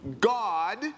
God